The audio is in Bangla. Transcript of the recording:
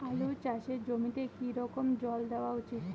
আলু চাষের জমিতে কি রকম জল দেওয়া উচিৎ?